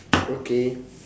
okay